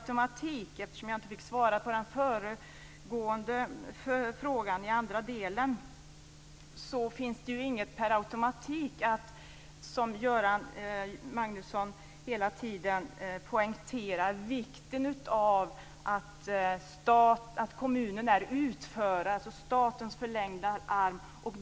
Jag svarade inte på andra delen av föregående fråga, så jag vill säga att det inte finns någon automatik, som Göran Magnusson hela tiden poängterar. Det gäller vikten av att kommunen är den som utför saker och är statens förlängda arm.